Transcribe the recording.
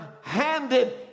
handed